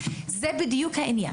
זה בדיוק העניין.